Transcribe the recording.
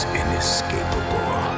inescapable